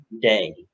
day